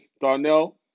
Darnell